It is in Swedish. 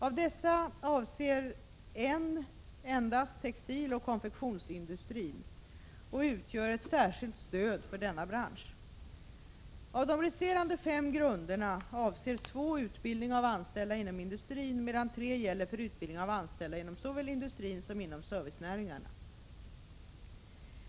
Av dessa avser en endast textiloch konfektionsindustrin och utgör ett särskilt stöd för denna bransch. Av de resterande fem grunderna avser två utbildning av anställda inom industrin medan tre gäller för utbildning av anställda såväl inom industrin som inom servicenäringarna.